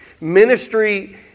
Ministry